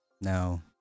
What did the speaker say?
no